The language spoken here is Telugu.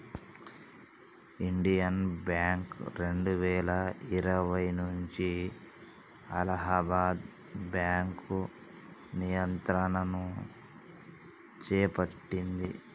ఇండియన్ బ్యాంక్ రెండువేల ఇరవై నుంచి అలహాబాద్ బ్యాంకు నియంత్రణను చేపట్టింది